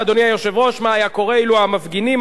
מה היה קורה אילו המפגינים היו מן הימין?